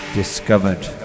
discovered